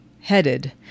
headed